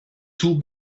too